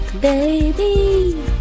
baby